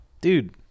dude